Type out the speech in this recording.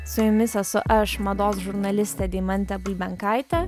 su jumis esu aš mados žurnalistė deimantė bulbenkaitė